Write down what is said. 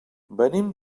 venim